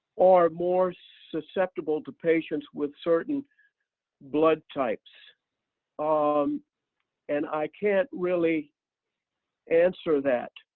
are more susceptible to patients with certain blood types um and i can't really answer that.